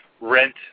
rent